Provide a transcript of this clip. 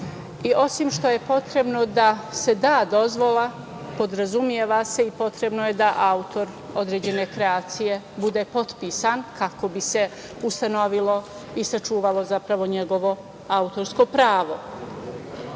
Osim što je potrebno da se da dozvola podrazumeva se i potrebno je da autor određene kreacije bude potpisan kako bi se ustanovilo i sačuvalo njegovo autorsko pravo.